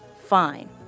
fine